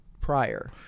prior